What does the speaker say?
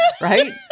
Right